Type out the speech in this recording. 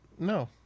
No